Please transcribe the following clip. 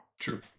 True